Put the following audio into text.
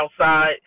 outside